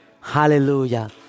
Hallelujah